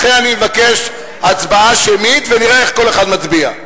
לכן אני מבקש הצבעה שמית, ונראה איך כל אחד מצביע.